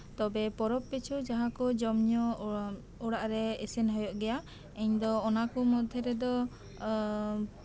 ᱛᱚᱵᱮ ᱯᱚᱨᱚᱵᱽ ᱯᱤᱪᱷᱩ ᱡᱟᱸᱦᱟ ᱠᱚ ᱡᱚᱢ ᱧᱩ ᱚᱲᱟᱜᱨᱮ ᱤᱥᱤᱱ ᱦᱩᱭᱩᱜ ᱜᱮᱭᱟ ᱤᱧ ᱫᱚ ᱚᱱᱟ ᱠᱚ ᱢᱚᱫᱽᱫᱷᱮ ᱨᱮᱫᱚ